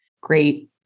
great